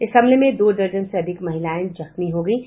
इस हमले में दो दर्जन से अधिक महिलाएं जख्मी हो गयीं